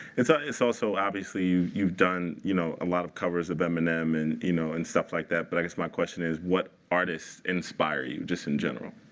it's ah it's also, obviously, you've done you know a lot of covers of eminem and you know and stuff like that. but i guess my question is, what artists inspire you, just in general?